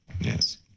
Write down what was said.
Yes